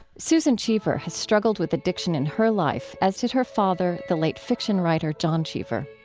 susan cheever has struggled with addiction in her life, as did her father, the late fiction writer john cheever.